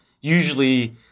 usually